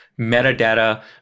metadata